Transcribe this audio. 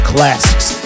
Classics